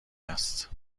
است